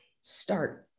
start